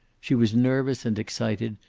she was nervous and excited,